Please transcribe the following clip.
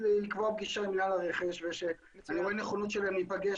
מבינים שיש פה כמה דברים